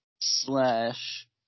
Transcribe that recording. slash